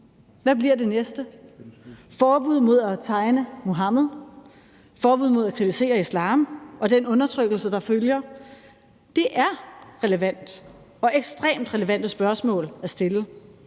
Hvad bliver det næste? Forbud mod at tegne Muhammed, forbud mod at kritisere islam og den undertrykkelse, der følger? Det er relevant og ekstremt relevante spørgsmål at stille,